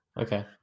Okay